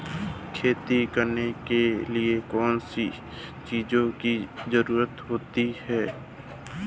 खेती करने के लिए कौनसी चीज़ों की ज़रूरत होती हैं?